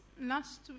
last